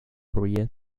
korea